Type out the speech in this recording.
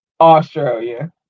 Australia